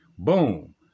Boom